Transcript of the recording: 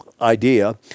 idea